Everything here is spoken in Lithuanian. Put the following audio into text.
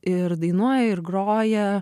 ir dainuoja ir groja